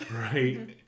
Right